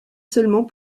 seulement